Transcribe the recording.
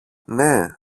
ναι